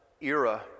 era